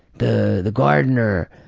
the the gardener,